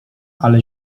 ale